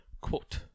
Quote